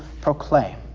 proclaim